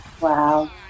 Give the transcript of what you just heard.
Wow